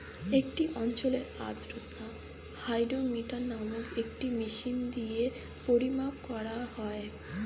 একটি অঞ্চলের আর্দ্রতা হাইগ্রোমিটার নামক একটি মেশিন দিয়ে পরিমাপ করা হয়